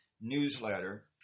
newsletter